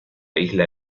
isla